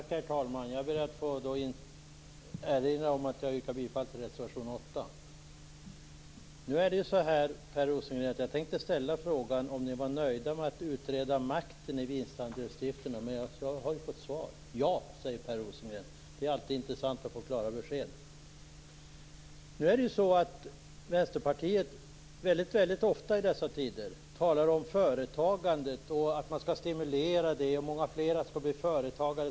Herr talman! Jag ber att få erinra om att jag yrkar bifall till reservation 8. Jag tänkte ställa en fråga till Per Rosengren om ni är nöjda med att utreda makten i vinstandelsstiftelserna, men jag har ju fått svar. Ja, säger Per Rosengren. Det är alltid intressant att få klara besked. Vänsterpartiet talar väldigt ofta i dessa tider om företagandet och att man skall stimulera det. Många fler skall bli företagare.